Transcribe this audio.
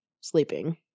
sleeping